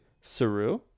saru